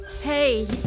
Hey